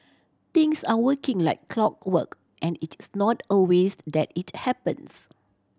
things are working like clockwork and it is not always that it happens